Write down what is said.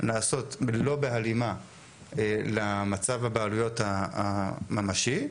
נעשות לא בהלימה למצב הבעלויות הממשי,